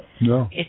No